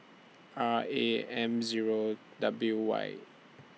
R A M Zero W Y